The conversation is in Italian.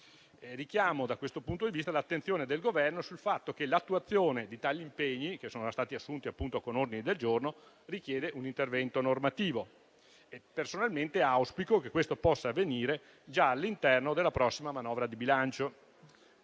Richiamo da questo punto di vista l'attenzione del Governo sul fatto che l'attuazione di tali impegni, che sono stati assunti con ordini del giorno, richiede un intervento normativo. Auspico personalmente che questo possa avvenire già all'interno della prossima manovra di bilancio.